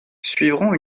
suivront